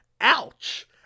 Ouch